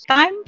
Time